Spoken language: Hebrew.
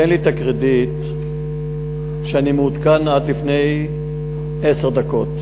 תן לי את הקרדיט שאני מעודכן עד לפני עשר דקות.